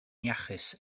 iachus